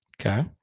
Okay